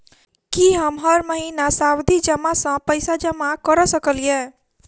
की हम हर महीना सावधि जमा सँ पैसा जमा करऽ सकलिये?